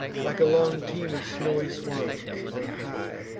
like a long team of snowy swans on high,